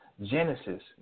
Genesis